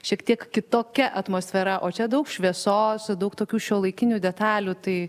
šiek tiek kitokia atmosfera o čia daug šviesos daug tokių šiuolaikinių detalių tai